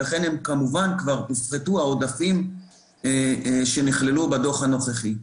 ולכן כמובן שכבר הופחתו העודפים שנכללו בדוח הנוכחי.